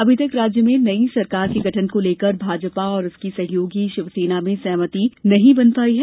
अभी तक राज्य में नई सरकार के गठन को लेकर भाजपा और उसकी सहयोगी शिवसेना में सहमति नहीं बन पाई है